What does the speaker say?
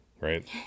right